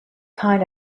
kind